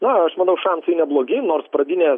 na aš manau šansai neblogi nors pradinė